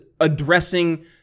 addressing